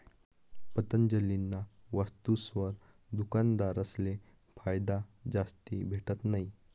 पतंजलीना वस्तुसवर दुकानदारसले फायदा जास्ती भेटत नयी